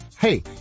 Hey